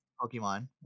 Pokemon